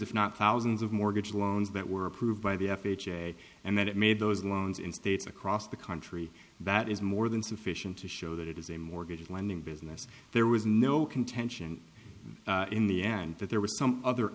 if not thousands of mortgage loans that were approved by the f h a and that it made those loans in states across the country that is more than sufficient to show that it is a mortgage lending business there was no contention in the end that there was some other